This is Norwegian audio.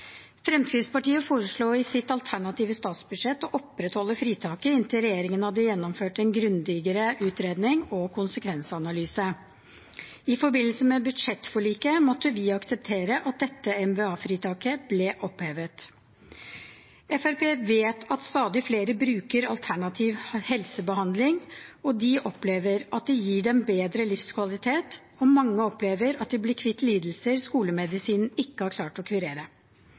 Fremskrittspartiet foreslo i sitt alternative statsbudsjett å opprettholde fritaket inntil regjeringen hadde gjennomført en grundigere utredning og konsekvensanalyse. I forbindelse med budsjettforliket måtte vi akseptere at dette merverdiavgiftsfritaket ble opphevet. Fremskrittspartiet vet at stadig flere bruker alternativ helsebehandling, og de opplever at det gir dem bedre livskvalitet. Mange opplever at de blir kvitt lidelser skolemedisinen ikke har klart å kurere.